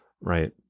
right